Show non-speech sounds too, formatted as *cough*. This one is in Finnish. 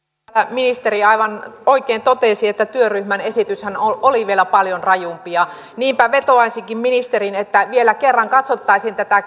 ministeri aivan oikein totesi että työryhmän esityshän oli vielä paljon rajumpi niinpä vetoaisinkin ministeriin että vielä kerran katsottaisiin tätä *unintelligible*